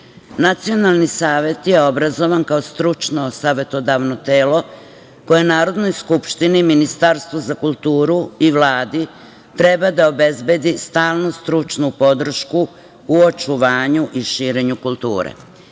Nacionalni savet je obrazovan kao stručno savetodavno telo koje Narodnoj skupštini, Ministarstvu za kulturu i Vladi treba da obezbedi stalnu stručnu podršku u očuvanju i širenju kulture.